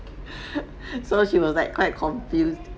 so she was like quite confused